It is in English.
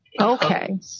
Okay